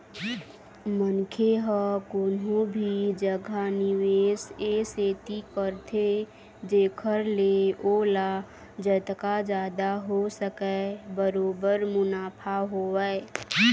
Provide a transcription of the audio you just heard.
मनखे ह कोनो भी जघा निवेस ए सेती करथे जेखर ले ओला जतका जादा हो सकय बरोबर मुनाफा होवय